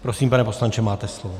Prosím, pane poslanče, máte slovo.